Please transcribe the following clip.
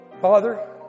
Father